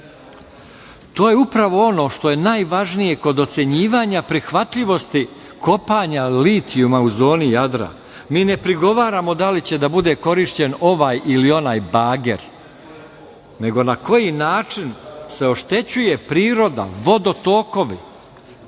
To je upravo ono što je najvažnije kod ocenjivanja prihvatljivosti kopanja litijuma u zoni Jadra. Mi ne prigovaramo da li će da bude korišćen ovaj ili onaj bager, nego na koji način se oštećuje priroda, vodotokovi. Dakle,